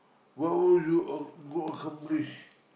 what will you acc~ go accomplish